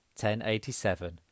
1087